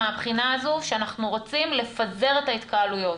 מהבחינה הזו שאנחנו רוצים לפזר את ההתקהלויות.